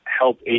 help